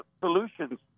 solutions